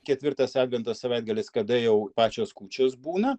ketvirtas advento savaitgalis kada jau pačios kūčios būna